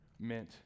meant